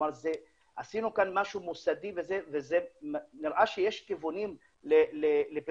עשינו כאן משהו מוסדי ונראה שיש כיוונים לפתרונות,